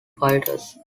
fighters